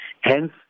Hence